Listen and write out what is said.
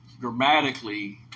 dramatically